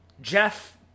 Jeff